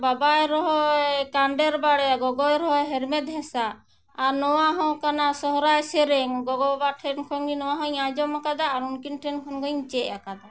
ᱵᱟᱵᱟᱭ ᱨᱚᱦᱚᱭ ᱠᱟᱸᱰᱮᱨ ᱵᱟᱲᱮ ᱜᱚᱜᱚᱭ ᱨᱮᱦᱚᱸ ᱦᱮᱨᱢᱮᱫ ᱦᱮᱸᱥᱟᱜ ᱟᱨ ᱱᱚᱣᱟ ᱦᱚᱸ ᱠᱟᱱᱟ ᱥᱚᱦᱚᱨᱟᱭ ᱥᱮᱨᱮᱧ ᱜᱚᱜᱚ ᱵᱟᱵᱟ ᱴᱷᱮᱱ ᱠᱷᱚᱱ ᱜᱮ ᱱᱚᱣᱟ ᱦᱚᱸᱧ ᱟᱸᱡᱚᱢ ᱟᱠᱟᱫᱟ ᱟᱨ ᱩᱱᱠᱤᱱ ᱴᱷᱮᱱ ᱠᱷᱚᱱ ᱜᱤᱧ ᱪᱮᱫ ᱟᱠᱟᱫᱟ